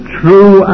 true